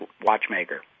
Watchmaker